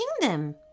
kingdom